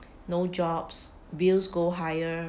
no jobs bills go higher